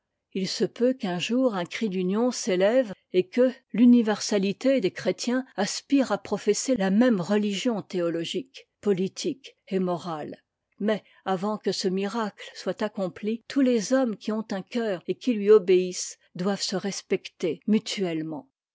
h se peut qu'un jour un cri d'union s'élève et que m célérier pasteur de satigny près de genève universa ité des chrétiens aspire à professer la même religion théologique politique et morale mais avant que ce miracle soit accompli tous les hommes qui ont un cœur et qui lui obéissent doivent se respecter mutuellement